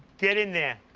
get in there.